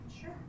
Sure